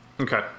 Okay